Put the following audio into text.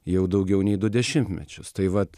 jau daugiau nei du dešimtmečius tai vat